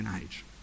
age